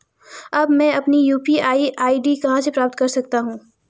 अब मैं अपनी यू.पी.आई आई.डी कहां से प्राप्त कर सकता हूं?